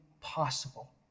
possible